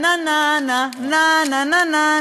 נה, נה, נה, נה, נה.